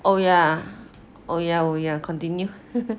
oh ya oh ya oh ya continue